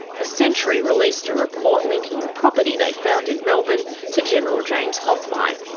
the sentry released a report linking a property they found in melbourne to general james hoth mai.